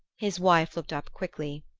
his wife looked up quickly.